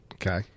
Okay